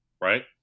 Right